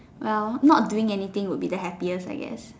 well not doing anything would be the happiest I guess